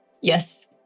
Yes